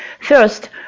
First